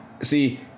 see